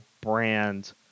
brand